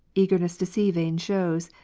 eagerness to see vain shows,